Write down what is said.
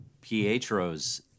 Pietro's